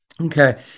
Okay